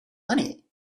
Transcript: money